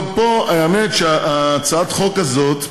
טוב, פה, האמת שהצעת החוק הזאת,